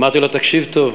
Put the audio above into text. אמרתי לו: תקשיב טוב,